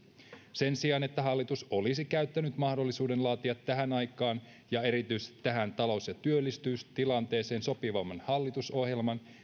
sen sijaan että hallitus olisi käyttänyt mahdollisuuden laatia tähän aikaan ja erityisesti tähän talous ja työllisyystilanteeseen sopivamman hallitusohjelman